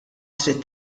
trid